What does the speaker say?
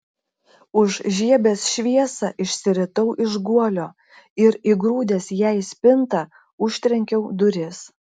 užžiebęs šviesą išsiritau iš guolio ir įgrūdęs ją į spintą užtrenkiau duris